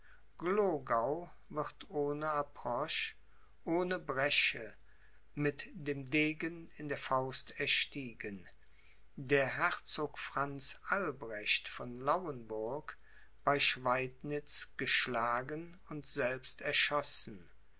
glogau wird ohne approche ohne bresche mit dem degen in der faust erstiegen der herzog franz albrecht von lauenburg bei schweidnitz geschlagen und selbst erschossen